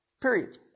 Period